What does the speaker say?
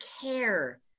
care